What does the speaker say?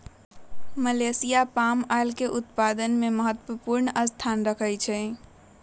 Malaysia palm oil के उत्पादन में महत्वपूर्ण स्थान रखा हई